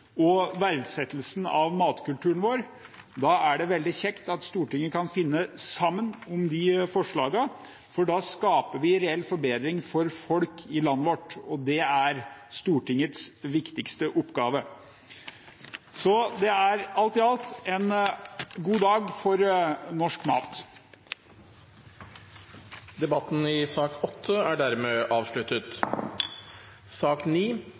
og styrke verdsettelsen av matkulturen vår, er det veldig kjekt at Stortinget kan finne sammen om disse forslagene. Da skaper vi reell forbedring for folk i landet vårt, og det er Stortingets viktigste oppgave. Så alt i alt er det en god dag for norsk mat. Flere har ikke bedt om ordet til sak